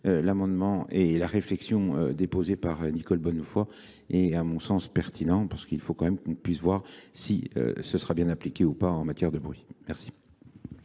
l'amendement et la réflexion déposée par Nicole Bonnefoy est à mon sens pertinent parce qu'il faut quand même qu'on puisse voir si ce sera bien appliqué ou pas en matière de bruit. Merci.